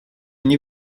nie